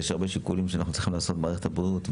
יש הרבה שיקולים שאנחנו צריכים לעשות במערכת הבריאות,